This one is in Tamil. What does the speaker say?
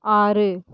ஆறு